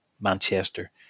Manchester